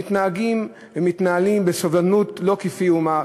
אנחנו מתנהגים ומתנהלים בסובלנות לא כמו אומה,